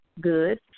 good